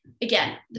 Again